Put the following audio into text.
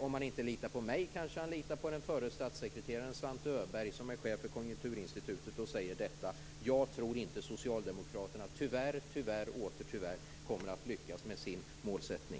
Om han inte litar på mig, kanske han litar på den förre statssekreteraren Svante Öberg, som är chef för Konjunkturinstitutet och som säger: Jag tror inte att socialdemokraterna - tyvärr, tyvärr och åter tyvärr - kommer att lyckas med sin målsättning.